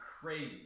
crazy